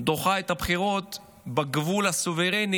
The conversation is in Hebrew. דוחה את הבחירות בגבול הסוברני